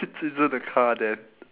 this isn't a car then